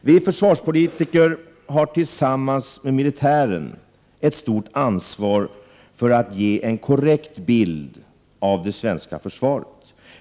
Vi försvarspolitiker har tillsammans med militären ett stort ansvar för att ge en korrekt bild av det svenska försvaret.